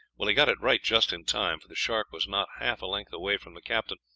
well, he got it right just in time, for the shark was not half a length away from the captain,